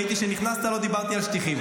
ראיתי שנכנסת, לא דיברתי על שטיחים.